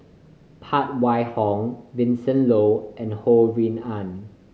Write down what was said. Phan Wait Hong Vincent Leow and Ho Rui An